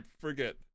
forget